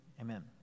Amen